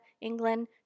England